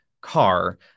car